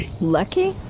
Lucky